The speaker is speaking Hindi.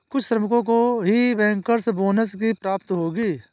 कुछ श्रमिकों को ही बैंकर्स बोनस की प्राप्ति होगी